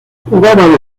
jugaba